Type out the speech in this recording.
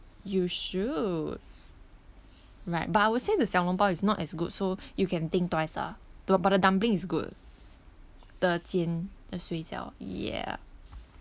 you should right but I would say the 小笼包 is not as good so you can think twice ah to but the dumpling is good the the 水饺 yeah